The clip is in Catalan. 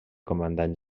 comandant